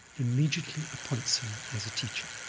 immediately appoints him as a teacher,